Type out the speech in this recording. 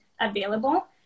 available